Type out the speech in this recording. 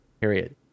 period